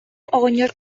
оҕонньор